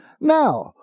Now